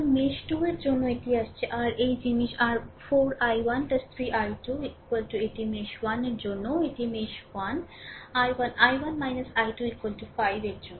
এবং মেশ 2 এর জন্য এটি আসছে r এই জিনিস r 4 i1 3 i2 এটি মেশ 1 এর জন্য এটি মেশ 1 i1 i1 i2 5 এর জন্য